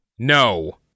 No